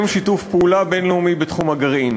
שיתוף פעולה בין-לאומי בתחום הגרעין.